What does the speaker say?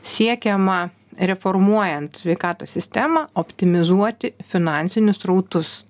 siekiama reformuojant sveikatos sistemą optimizuoti finansinius srautus